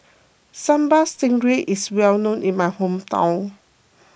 Sambal Stingray is well known in my hometown